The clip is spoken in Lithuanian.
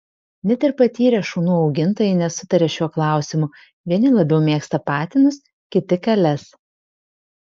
net ir patyrę šunų augintojai nesutaria šiuo klausimu vieni labiau mėgsta patinus kiti kales